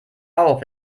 auf